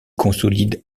consolide